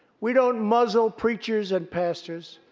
we don't muzzle preachers and pastors.